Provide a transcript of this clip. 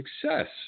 success